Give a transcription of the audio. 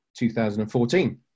2014